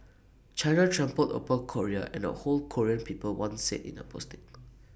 China trampled upon Korea and the whole Korean people one said in A posting